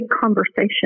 conversation